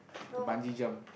the bungee jump